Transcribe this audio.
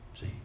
See